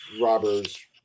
robbers